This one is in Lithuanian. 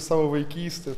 savo vaikystę